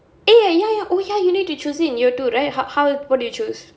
eh ya ya oh ya you need to choose it in year two right how how what did you choose